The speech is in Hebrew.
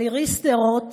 על עירי שדרות